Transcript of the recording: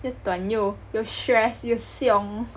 又短又 stress 又凶